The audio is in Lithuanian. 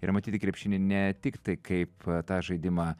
ir matyti krepšinį ne tiktai kaip tą žaidimą